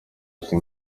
ati